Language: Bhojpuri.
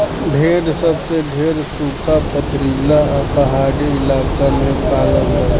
भेड़ सबसे ढेर सुखा, पथरीला आ पहाड़ी इलाका में पालल जाला